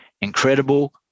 incredible